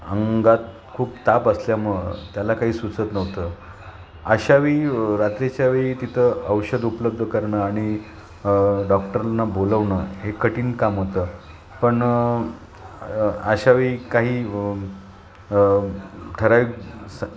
अंगात खूप ताप असल्यामुळं त्याला काही सुचत नव्हतं अशा वेळी रात्रीच्या वेळी तिथं औषध उपलब्ध करणं आणि डॉक्टरना बोलवणं हे कठीण काम होतं पण अशावेळी काही व ठराई स